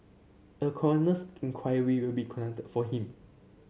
a coroner's inquiry will be conducted for him